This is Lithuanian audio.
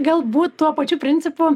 galbūt tuo pačiu principu